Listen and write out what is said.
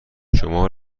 شما